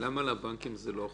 למה על הבנקים זה לא חל?